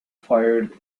fired